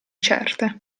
certe